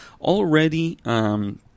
already